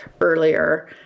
earlier